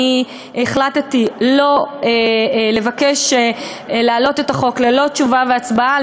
אני החלטתי לבקש להעלות את החוק ללא תשובה והצבעה על